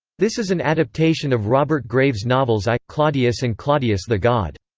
this is an adaptation of robert grave's novels i, claudius and claudius the god.